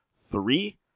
three